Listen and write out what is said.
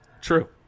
true